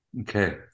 Okay